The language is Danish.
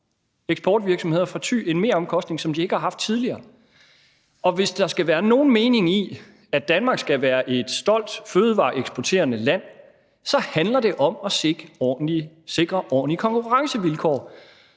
eksportvirksomheder fra Thy en meromkostning, som de ikke har haft tidligere, og hvis der skal være nogen mening i, at Danmark skal være et stolt fødevareeksporterende land, så handler det om at sikre ordentlige konkurrencevilkår.